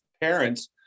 parents